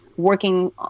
working